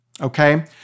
okay